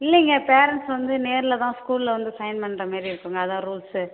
இல்லைங்க பேரண்ட்ஸ் வந்து நேரில் தான் ஸ்கூல்லில் வந்து சைன் பண்ணுற மாரி இருக்குதுங்க அதான் ரூல்ஸ்